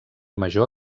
major